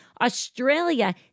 Australia